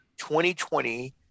2020